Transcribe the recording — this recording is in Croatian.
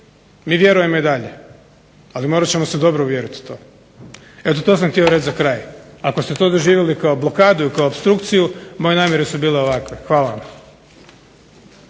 mi vjerujemo i dalje, ali morat ćemo se dobro uvjeriti u to. Eto, to sam htio reći za kraj. Ako ste to doživjeli kao blokadu i kao opstrukciju moje namjere su bile ovakve. Hvala vam.